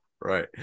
Right